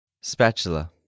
Spatula